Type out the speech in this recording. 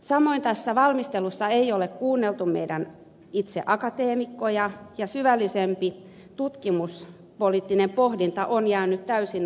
samoin tässä valmistelussa ei ole kuunneltu itse näitä meidän akateemikkojamme ja syvällisempi tutkimuspoliittinen pohdinta on jäänyt täysin avonaiseksi